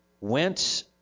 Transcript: went